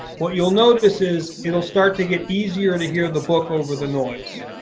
what you'll notice is it will start to get easier to hear the book over the noise.